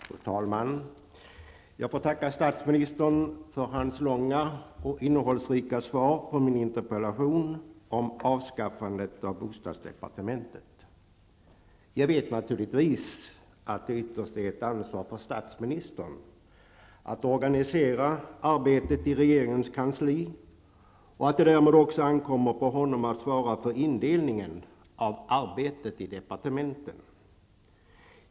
Fru talman! Jag får tacka statsministern för hans långa och innehållsrika svar på min interpellation om avskaffandet av bostadsdepartementet. Jag vet naturligtvis att det ytterst är ett ansvar för statsministern att organisera arbetet i regeringens kansli och att det därmed också ankommer på honom att svara för indelningen av arbetet i departementen.